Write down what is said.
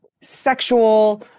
sexual